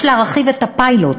יש להרחיב את הפיילוט